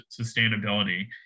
sustainability